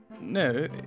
No